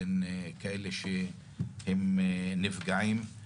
בין כאלה שהם נפגעים.